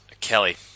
Kelly